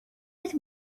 with